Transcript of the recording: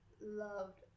loved